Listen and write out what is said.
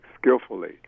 skillfully